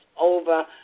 over